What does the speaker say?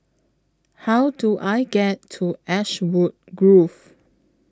How Do I get to Ashwood Grove